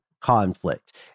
conflict